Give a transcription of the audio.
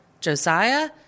Josiah